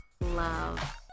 love